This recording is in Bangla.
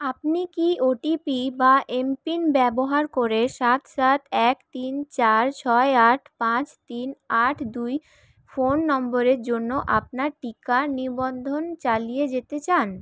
আপনি কি ওটিপি বা এমপিন ব্যবহার করে সাত সাত এক তিন চার ছয় আট পাঁচ তিন আট দুই ফোন নম্বরের জন্য আপনার টিকা নিবন্ধন চালিয়ে যেতে চান